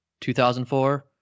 2004